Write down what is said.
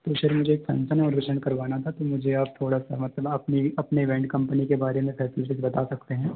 तो सर मुझे एक फंग्शन ऑर्गेनाइजेशन करवाना था तो मुझे आप थोड़ा सा मतलब अपनी इवेंट कम्पनी के बारे में क्या कुछ बता सकते हैं